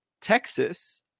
Texas